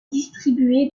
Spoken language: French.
distribuée